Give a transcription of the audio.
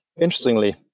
Interestingly